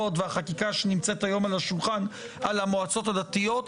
והחקיקה שנמצאת היום על השולחן על המועצות הדתיות.